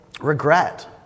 regret